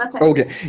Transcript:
Okay